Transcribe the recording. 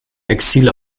exil